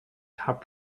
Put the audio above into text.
top